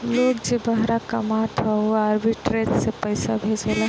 लोग जे बहरा कामत हअ उ आर्बिट्रेज से पईसा भेजेला